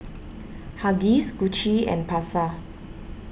Huggies Gucci and Pasar